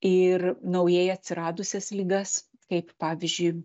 ir naujai atsiradusias ligas kaip pavyzdžiui